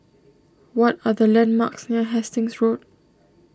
what are the landmarks near Hastings Road